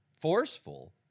forceful